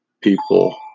people